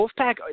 Wolfpack